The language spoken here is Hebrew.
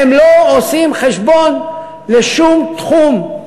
הן לא עושות חשבון לשום תחום,